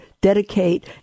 dedicate